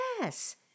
Yes